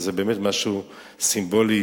שהם באמת משהו סימבולי,